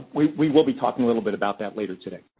ah we we will be talking a little bit about that later today.